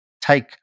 take